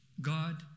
God